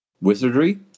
wizardry